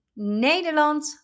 Nederland